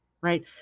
right